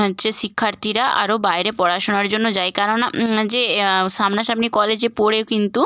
হচ্ছে শিক্ষার্থীরা আরও বাইরে পড়াশোনার জন্য যায় কেননা যে সামনাসামনি কলেজে পড়েও কিন্তু